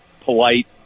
polite